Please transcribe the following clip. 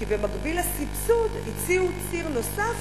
כי במקביל לסבסוד הציעו ציר נוסף